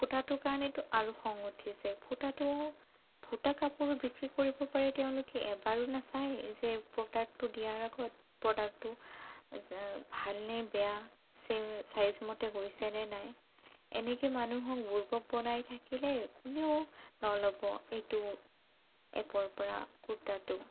ফুটাটোৰ কাৰণেতো আৰু খং উঠিছে ফুটাটো ফুটা কাপোৰো বিক্ৰী কৰিব পাৰে তেওঁলোকে এবাৰো নাচায় যে প্ৰডাক্টটো দিয়াৰ আগত প্ৰডাক্টটো যে ভাল নে বেয়া চে ছাইজ মতে গৈছেনে নাই এনেকে মানুহক বুৰ্বক বনাই থাকিলে কোনেও নল'ব এইটো এপৰ পৰা কুৰ্তাটো